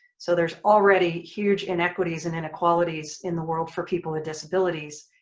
so there's already huge inequities and inequalities in the world for people with disabilities.